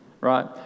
right